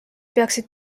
peaksid